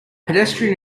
pedestrian